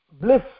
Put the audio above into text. bliss